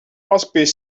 aspect